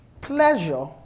Pleasure